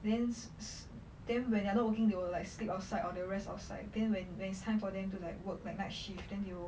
then s~ s~ then when they're not working they will like sleep outside or to rest outside then when when it's time for them to like work like night shift then they will